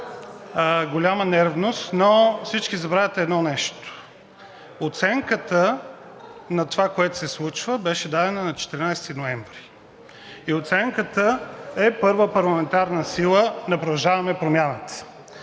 голяма нервност, но всички забравяте едно нещо – оценката на това, което се случва, беше дадена на 14 ноември и оценката е първа парламентарна сила на „Продължаваме Промяната“.